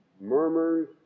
Murmurs